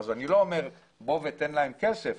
אני לא אומר, בוא ותן להם כסף,